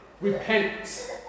Repent